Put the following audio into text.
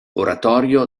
oratorio